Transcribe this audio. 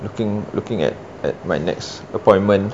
looking looking at at my next appointment